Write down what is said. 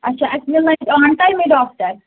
اچھا اَسہِ مِلنہٕ اَتہِ آن ٹایمے ڈاکٹَر